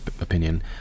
opinion